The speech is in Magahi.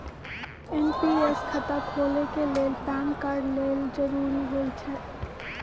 एन.पी.एस खता खोले के लेल पैन कार्ड लेल जरूरी होइ छै